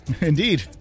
Indeed